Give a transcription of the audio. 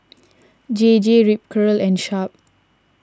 J J Ripcurl and Sharp